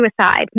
suicide